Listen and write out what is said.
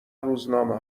روزنامه